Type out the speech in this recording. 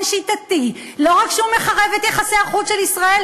שיטתי לא רק מחרב את יחסי החוץ של ישראל,